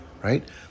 right